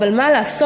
אבל מה לעשות,